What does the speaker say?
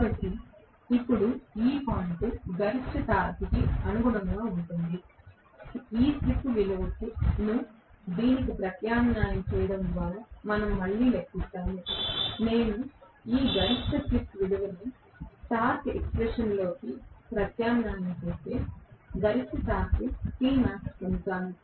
కాబట్టి ఇప్పుడు ఈ పాయింట్ గరిష్ట టార్క్కు అనుగుణంగా ఉంటుంది ఈ స్లిప్ విలువను దీనికి ప్రత్యామ్నాయం చేయడం ద్వారా మనం మళ్ళీ లెక్కిస్తాము నేను ఈ గరిష్ట స్లిప్ విలువను టార్క్ ఎక్స్ప్రెషన్లోకి ప్రత్యామ్నాయం చేస్తే గరిష్ట టార్క్ Tmax పొందుతాను